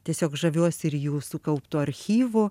tiesiog žaviuosi ir jų sukauptu archyvu